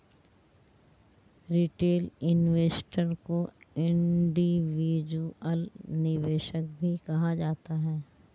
retail investor को individual निवेशक भी कहा जाता है